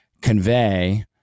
convey